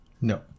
No